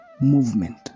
movement